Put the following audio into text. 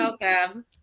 welcome